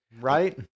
right